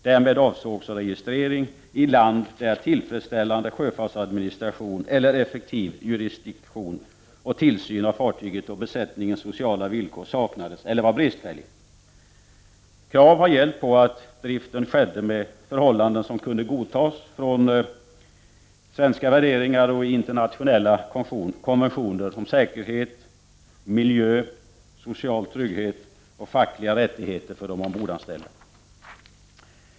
Därmed avsågs registrering i land där tillfredsställande sjöfartsadministration eller effektiv jurisdiktion och tillsyn av fartyget och besättningens sociala villkor saknades eller var bristfälliga. Krav ställdes på att driften skedde med förhållanden som kunde godtas från svenska värderingar och i internationella konventioner om säkerhet, miljö, social trygghet och fackliga rättigheter för de ombordanställda.